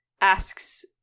asks